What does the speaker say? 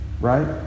right